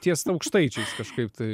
ties aukštaičiais kažkaip tai